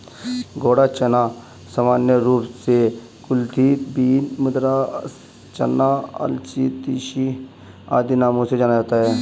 घोड़ा चना सामान्य रूप से कुलथी बीन, मद्रास चना, अलसी, तीसी आदि नामों से जाना जाता है